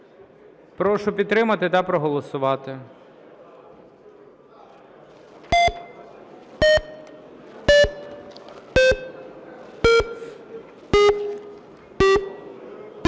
Прошу підтримати та проголосувати.